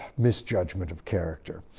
misjudgment of character,